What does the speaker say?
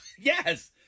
Yes